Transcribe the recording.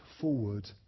forward